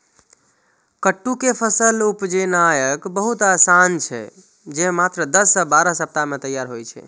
कट्टू के फसल उपजेनाय बहुत आसान छै, जे मात्र दस सं बारह सप्ताह मे तैयार होइ छै